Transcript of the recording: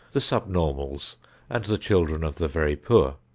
the subnormals and the children of the very poor.